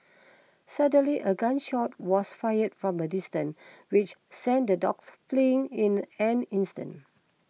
suddenly a gun shot was fired from a distance which sent the dogs fleeing in an instant